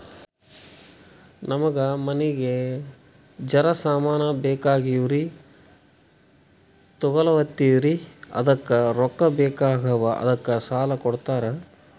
ನಮಗ ಮನಿಗಿ ಜರ ಸಾಮಾನ ಬೇಕಾಗ್ಯಾವ್ರೀ ತೊಗೊಲತ್ತೀವ್ರಿ ಅದಕ್ಕ ರೊಕ್ಕ ಬೆಕಾಗ್ಯಾವ ಅದಕ್ಕ ಸಾಲ ಕೊಡ್ತಾರ?